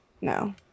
No